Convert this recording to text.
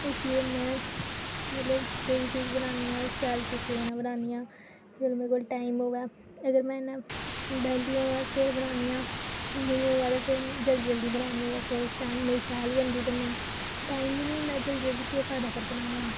इसलिए में मतलब कोई बी चीज बनानी आं ते ओह् शैल तरीके कन्नै बनानी आं फिर मेरे कोल टाइम होऐ अगर में इ'यां बेह्ली होआ फिर बनानी आं जल्दी जल्दी बनानी होऐ फिर शैल नेईं शैल बनदी टाइम बी निं होंदा जल्दी जल्दी फिर केह् फायदा बनाने दा